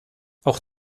auch